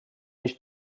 nicht